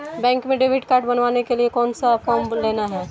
Bank में debit card बनवाने के लिए कौन सा फॉर्म लेना है?